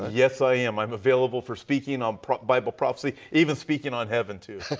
ah yes, i am. i am available for speaking on bible prophecy, even speaking on heaven too.